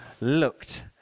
looked